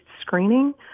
screening